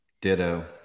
Ditto